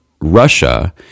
Russia